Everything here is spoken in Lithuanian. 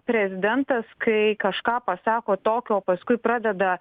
prezidentas kai kažką pasako tokio paskui pradeda